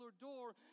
door